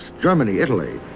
germany, italy,